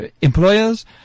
employers